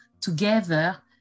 together